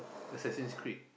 Assassin's Creed